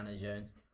Jones